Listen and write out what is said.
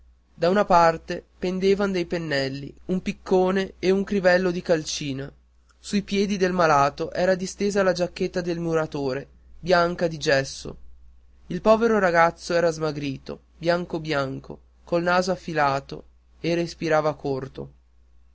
da una parte pendevan dei pennelli un piccone e un crivello da calcina sui piedi del malato era distesa la giacchetta del muratore bianca di gesso il povero ragazzo era smagrito bianco bianco col naso affilato e respirava corto